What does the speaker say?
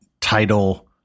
title